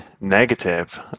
negative